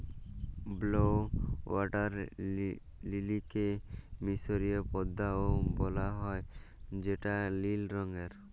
blue water লিলিকে মিসরীয় পদ্দা ও বলা হ্যয় যেটা লিল রঙের